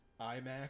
imac